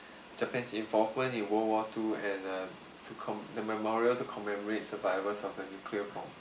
japan's involvement in world war two and uh to com~ the memorial to commemorate survivors of the nuclear bomb